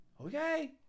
okay